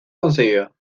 concedido